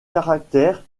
caractères